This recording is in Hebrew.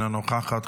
אינה נוכחת,